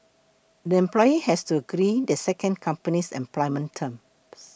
the employee has to agree the second company's employment terms